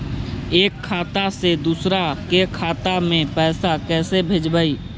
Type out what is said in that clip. एक खाता से दुसर के खाता में पैसा कैसे भेजबइ?